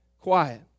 quiet